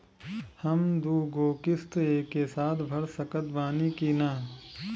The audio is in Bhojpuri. हम दु गो किश्त एके साथ भर सकत बानी की ना?